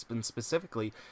specifically